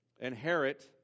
inherit